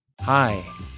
Hi